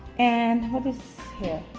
and what is here?